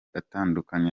atandukanye